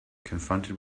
confronted